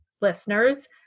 listeners